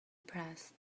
pressed